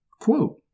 quote